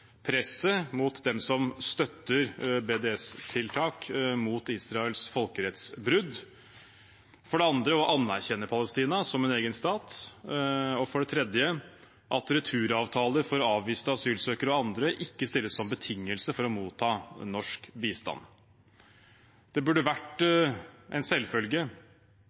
presset mot dem som støtter BDS-tiltak mot Israels folkerettsbrudd, for det andre å anerkjenne Palestina som en egen stat og for det tredje at returavtaler for avviste asylsøkere og andre ikke stilles som betingelse for å motta norsk bistand. Det burde vært en selvfølge